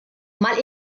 mal